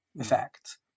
effect